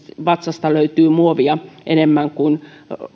vatsasta löytyy muovia enemmän kuin